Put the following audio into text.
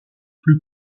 plus